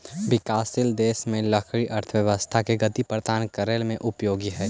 विकासशील देश में लकड़ी अर्थव्यवस्था के गति प्रदान करे में उपयोगी हइ